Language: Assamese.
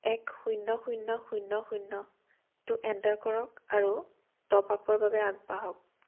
এক শূন্য শূন্য শূন্য শূন্যটো এণ্টাৰ কৰক আৰু টপ আপৰ বাবে আগবাঢ়ক